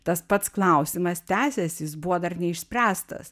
tas pats klausimas tęsiasi jis buvo dar neišspręstas